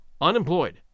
Unemployed